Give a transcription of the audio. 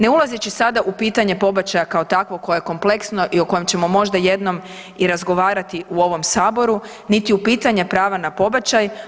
Ne ulazeći sada u pitanje pobačaja kao takvog koje je kompleksno i o kojem ćemo možda jednom i razgovarati u ovom Saboru niti u pitanje prava na pobačaj.